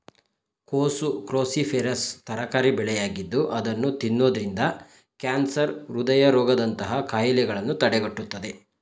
ಕೋಸು ಕ್ರೋಸಿಫೆರಸ್ ತರಕಾರಿ ಬೆಳೆಯಾಗಿದ್ದು ಅದನ್ನು ತಿನ್ನೋದ್ರಿಂದ ಕ್ಯಾನ್ಸರ್, ಹೃದಯ ರೋಗದಂತಹ ಕಾಯಿಲೆಗಳನ್ನು ತಡೆಗಟ್ಟುತ್ತದೆ